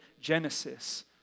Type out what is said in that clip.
Genesis